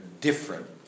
different